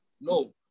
no